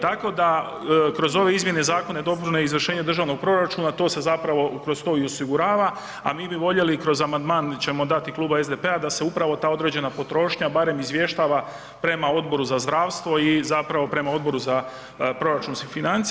Tako da kroz ove izmjene zakona je … [[Govornik se ne razumije]] na izvršenje državnog proračuna, to se zapravo, kroz to i osigurava, a mi bi voljeli, kroz amandman ćemo dati Kluba SDP-a da se upravo ta određena potrošnja barem izvještava prema Odboru za zdravstvo i zapravo prema Odboru za proračunske financije.